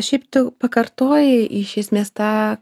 šiaip tu pakartojai iš esmės tą